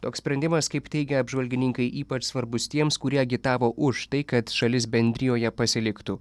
toks sprendimas kaip teigia apžvalgininkai ypač svarbus tiems kurie agitavo už tai kad šalis bendrijoje pasiliktų